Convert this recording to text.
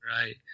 right